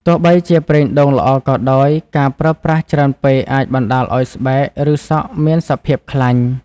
ទោះបីជាប្រេងដូងល្អក៏ដោយ ការប្រើប្រាស់ច្រើនពេកអាចបណ្ដាលឱ្យស្បែក ឬសក់មានសភាព ខ្លាញ់។